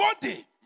body